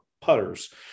putters